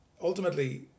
ultimately